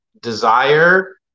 desire